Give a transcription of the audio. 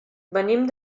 venim